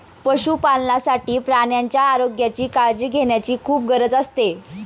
पशुपालनासाठी प्राण्यांच्या आरोग्याची काळजी घेण्याची खूप गरज असते